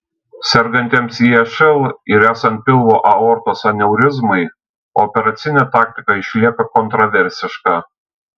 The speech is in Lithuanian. sergantiems išl ir esant pilvo aortos aneurizmai operacinė taktika išlieka kontraversiška